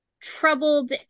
troubled